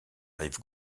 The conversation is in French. rive